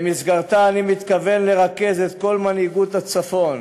שבמסגרתה אני מתכוון לרכז את כל מנהיגות הצפון